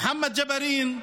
מוחמד ג'בארין,